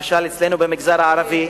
למשל אצלנו במגזר הערבי.